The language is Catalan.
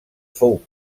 fou